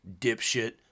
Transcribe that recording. dipshit